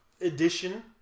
edition